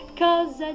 cause